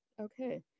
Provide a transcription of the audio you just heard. Okay